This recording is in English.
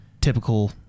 typical